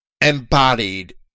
embodied